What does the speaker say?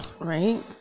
Right